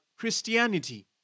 Christianity